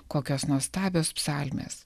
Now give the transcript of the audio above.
kokios nuostabios psalmes